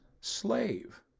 slave